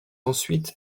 ensuite